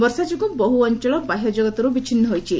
ବର୍ଷା ଯୋଗୁଁ ବହୁ ଅଞ୍ଚଳ ବାହ୍ୟ ଜଗତରୁ ବିଚ୍ଛିନ୍ନ ହୋଇଛି